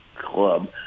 club